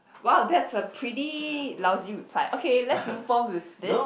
!wow! that's a pretty lousy reply okay let's move on with this